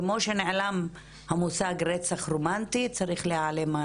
כמו שנעלם המושג רצח רומנטי צריך להעלים את